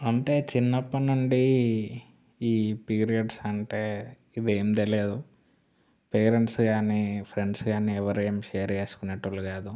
అంటే చిన్నప్పటి నుండి ఈ పీరియడ్స్ అంటే ఇవి ఏమీ తెలియదు పేరెంట్స్ కానీ ఫ్రెండ్స్ కానీ ఎవరూ ఏమీ షేర్ చేసుకునేవాళ్ళు కాదు